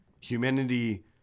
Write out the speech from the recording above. Humanity